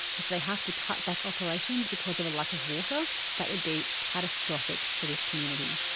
if they have to cutback operations because of a lack of water that would be catastrophic for this community.